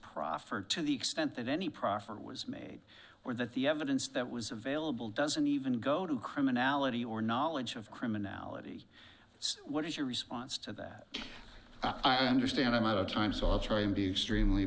proffered to the extent that any proffer was made or that the evidence that was available doesn't even go to criminality or knowledge of criminality so what is your response to that i understand i'm out of time so i'll try and be extremely